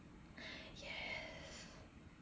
yes